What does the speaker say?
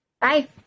Bye